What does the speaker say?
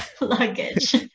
luggage